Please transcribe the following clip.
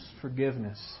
forgiveness